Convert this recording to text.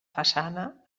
façana